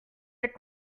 êtes